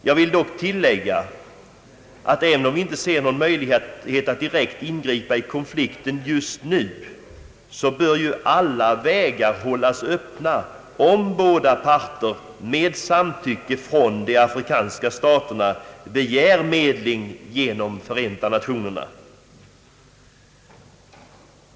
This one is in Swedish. Jag vill dock tillägga att även om vi inte ser någon möjlighet att direkt ingripa i konflikten just nu bör alla vägar hållas öppna om båda parter med samtycke från de afrikanska staterna begär medling genom Förenta Nationerna.